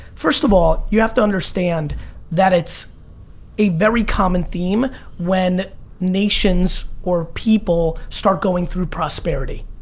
first of all, you have to understand that it's a very common theme when nations or people start going through prosperity.